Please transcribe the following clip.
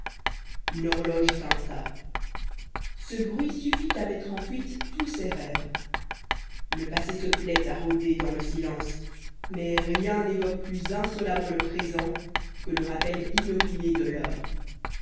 une horloge tinta ce bruit suffit à mettre en fuite tous ses rêves le passé se plaît à rôder dans le silence mais rien n'évoque plus insolemment le présent que le rappel inopiné de l'heure